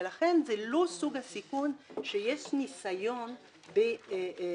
ולכן, זה לא סוג הסיכון שיש ניסיון ברשות.